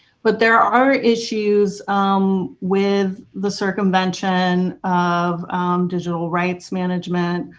but there are issues with the circumvention of digital rights management,